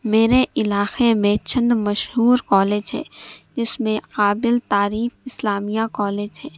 میرے علاقے میں چند مشہور کالج ہے جس میں قابل تعریف اسلامیہ کالج ہے